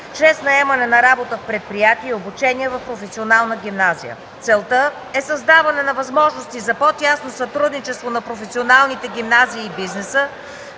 чрез наемане на работа в предприятие и обучение в професионална гимназия. Целта е създаване на възможности за по-тясно сътрудничество на професионалните гимназии и бизнеса,